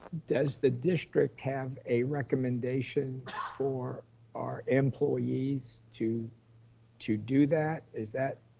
does the district have a recommendation for our employees to to do that? is that,